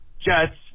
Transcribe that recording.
Jets